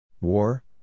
War